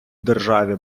державі